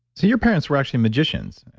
so your parents were actually magicians?